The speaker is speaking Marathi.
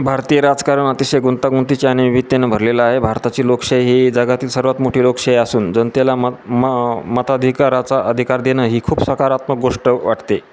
भारतीय राजकारण अतिशय गुंतागुंतीची अनियमिततेने भरलेलं आहे भारताची लोकाशाही ही जगातील सर्वात मोठी लोकाशाही असून जनतेला म म मताधिकाराचा अधिकार देणं ही खूप सकारात्मक गोष्ट वाटते